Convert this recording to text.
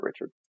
Richard